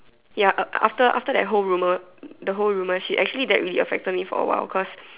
ya uh after after that whole rumor the whole rumor shit actually that really affected me for a while cause